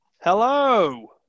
Hello